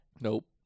Nope